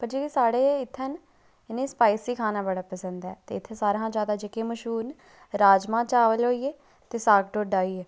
पर जेह्ड़े साढ़े इत्थें न इनेंगी स्पाइसी खाना बड़ा पसंद ऐ ते इत्थें जेह्के सारें कशा जादै मश्हूर न राजमां चावल होइये ते साग ढोड्डा होइया